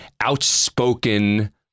outspoken